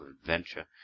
adventure